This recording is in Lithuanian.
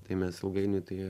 tai mes ilgainiui tai